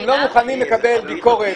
אתם לא מוכנים לקבל ביקורת.